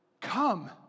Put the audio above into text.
Come